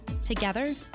Together